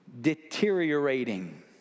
Deteriorating